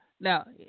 now